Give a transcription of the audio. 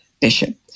bishop